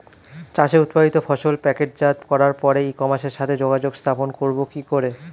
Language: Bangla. চাষের উৎপাদিত ফসল প্যাকেটজাত করার পরে ই কমার্সের সাথে যোগাযোগ স্থাপন করব কি করে?